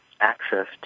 access